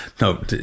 no